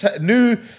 new